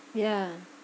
yeah